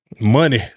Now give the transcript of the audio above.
money